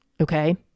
Okay